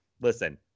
Listen